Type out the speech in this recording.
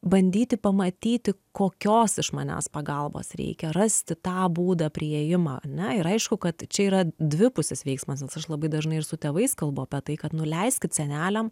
bandyti pamatyti kokios iš manęs pagalbos reikia rasti tą būdą priėjimą ane ir aišku kad čia yra dvipusis veiksmas nes aš labai dažnai ir su tėvais kalbu apie tai kad nu leiskit seneliam